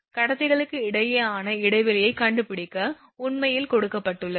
கடத்திகளுக்கு இடையே ஆன இடைவெளியைக் கண்டுபிடிக்க உண்மையில் கேட்கப்பட்டது